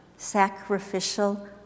Sacrificial